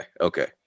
okay